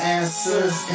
answers